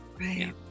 right